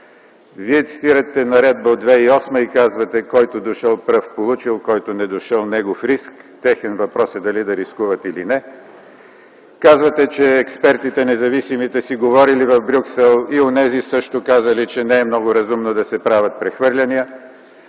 Вие цитирате наредба от 2008 г. и казвате: който дошъл пръв – получил, който не дошъл – негов риск, техен въпрос е дали да рискуват или не. Казвате, че експертите независимите си говорели в Брюксел и онези също казали, че не е много разумно да се правят прехвърляния.